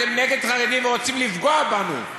אתם נגד חרדים, ורוצים לפגוע בנו.